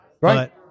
right